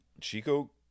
Chico –